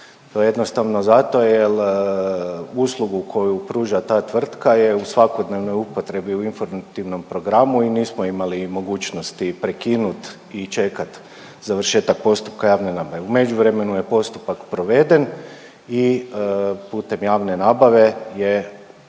jednostavno zato jel uslugu koju pruža ta tvrtka je u svakodnevnoj upotrebi u informativnom programu i nismo imali mogućnosti prekinut i čekat završetak postupka javne nabave. U međuvremenu je postupak proveden i putem javne nabave je nastavljana